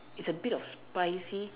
it's a bit of spicy